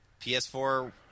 PS4